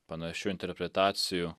panašių interpretacijų